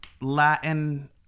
Latin